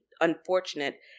unfortunate